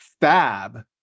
fab